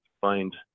find